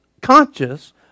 conscious